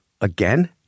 again